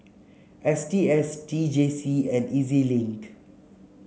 S T S T J C and E Z Link